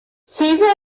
caesar